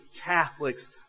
Catholics